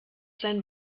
sein